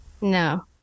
no